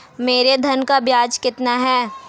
मेरे ऋण का ब्याज कितना है?